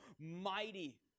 mighty